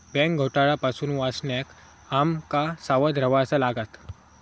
bank घोटाळा पासून वाचण्याक आम का सावध रव्हाचा लागात